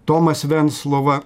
tomas venclova